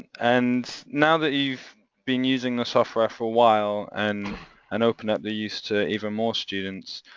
and now that you've been using the software for a while and and opened up the use to even more students,